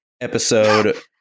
episode